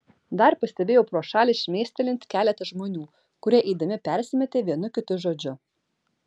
dar pastebėjau pro šalį šmėstelint keletą žmonių kurie eidami persimetė vienu kitu žodžiu